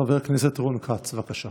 חבר הכנסת רון כץ, בבקשה.